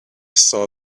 saw